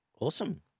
Awesome